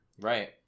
Right